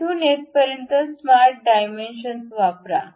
येथून येथपर्यंत smart dimension वापरा